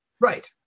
Right